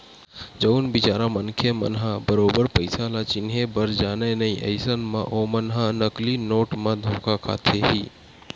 जउन बिचारा मनखे मन ह बरोबर पइसा ल चिनहे बर जानय नइ अइसन म ओमन ह नकली नोट म धोखा खाथे ही